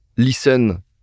listen